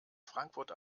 frankfurt